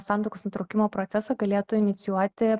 santuokos nutraukimo procesą galėtų inicijuoti